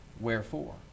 wherefore